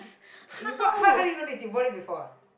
you bought how how do you know this you bought it before ah